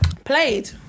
Played